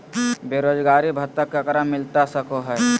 बेरोजगारी भत्ता ककरा मिलता सको है?